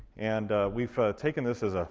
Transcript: and we've taken this as ah